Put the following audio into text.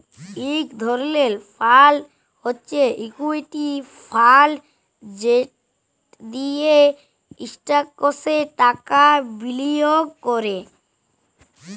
ইক ধরলের ফাল্ড হছে ইকুইটি ফাল্ড যেট দিঁয়ে ইস্টকসে টাকা বিলিয়গ ক্যরে